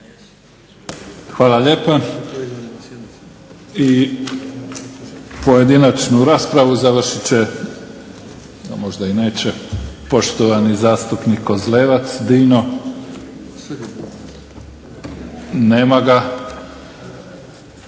Hvala lijepa. I pojedinačnu raspravu završit će, a možda i neće poštovani zastupnik Kozlevac Dino. Nema ga.